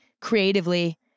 creatively